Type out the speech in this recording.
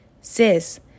Sis